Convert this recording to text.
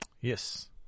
Yes